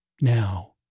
Now